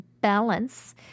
balance